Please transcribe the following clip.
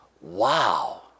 Wow